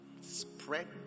spread